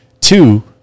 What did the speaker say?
Two